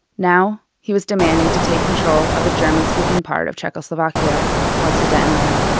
now, he was demanding to take control of a german-speaking part of czechoslovakia called sudetenland.